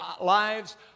lives